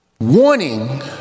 Warning